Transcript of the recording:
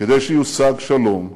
כדי שיושג שלום,